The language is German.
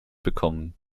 bekommen